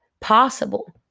possible